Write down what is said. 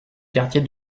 quartier